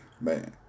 Man